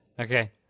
Okay